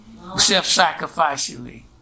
Self-sacrificially